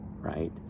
right